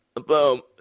Boom